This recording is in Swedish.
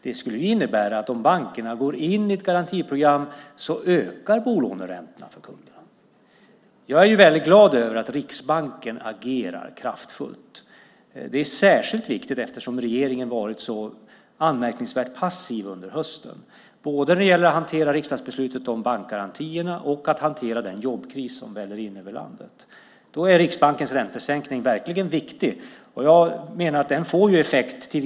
Det skulle innebära att om bankerna går in i ett garantiprogram ökar bolåneräntorna för kunderna. Jag är väldigt glad över att Riksbanken agerar kraftfullt. Det är särskilt viktigt eftersom regeringen varit så anmärkningsvärt passiv under hösten när det gäller både att hantera riksdagsbeslutet om bankgarantierna och att hantera den jobbkris som väller in över landet. Riksbankens räntesänkning är verkligen viktig. Jag menar att den till viss del får effekt.